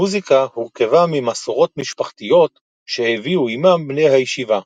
המוזיקה הורכבה ממסורות משפחתיות שהביאו עמם בני הישיבה,